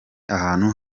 ahantu